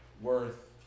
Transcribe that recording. worth